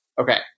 okay